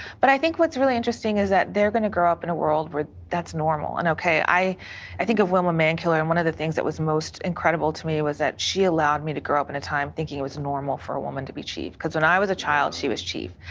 but i think what is really interesting is that they are going to grow up in a world where that is normal and okay, i i think of wilma mankiller, and one of the things that was most incredible to me was that she allowed me to grow up in a time thinking it was normal for a woman to be chief. because when i was a child she was chief.